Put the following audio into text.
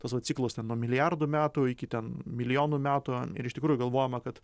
tuos va ciklus ten nuo milijardų metų iki ten milijonų metų ir iš tikrųjų galvojama kad